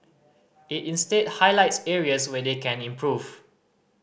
it instead highlights areas where they can improve